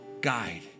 guide